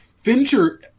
Fincher